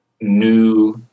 new